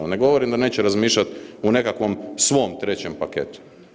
Ne govorim da neće razmišljati u nekakvom svom trećem paketu.